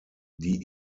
die